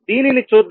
దీనిని చూద్దాం